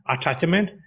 attachment